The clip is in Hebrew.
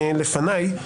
לפניי,